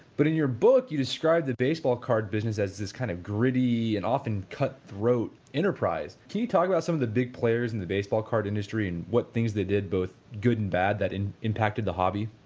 but in your book you describe the baseball card business as this kind of gritty and often cutthroat enterprise. can you talk about some of the big players in the baseball card industry and what things they did, both good and bad that impacted the hobby?